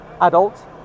adult